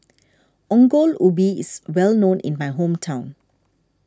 Ongol Ubi is well known in my hometown